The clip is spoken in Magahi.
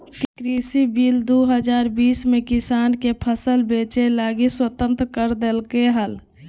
कृषि बिल दू हजार बीस में किसान के फसल बेचय लगी स्वतंत्र कर देल्कैय हल